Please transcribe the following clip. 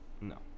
No